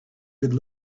could